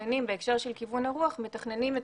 בהקשר של כיוון הרוח אנחנו כן מתכננים את